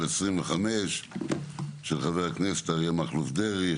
פ/3016/25 של חבר הכנסת אריה מכלוף דרעי,